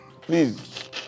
Please